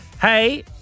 Hey